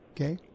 okay